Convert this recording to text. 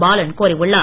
பாலன் கோரியுள்ளார்